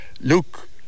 Luke